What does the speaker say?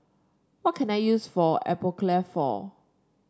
what can I use Atopiclair for